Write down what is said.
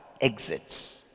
exits